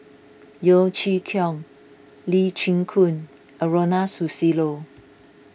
Yeo Chee Kiong Lee Chin Koon and Ronald Susilo